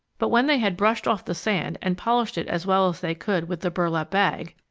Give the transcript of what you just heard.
but when they had brushed off the sand and polished it as well as they could with the burlap bag,